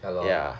ya lah ya